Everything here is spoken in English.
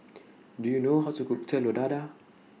Do YOU know How to Cook Telur Dadah